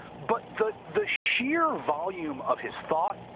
but the the sheer volume of his thought,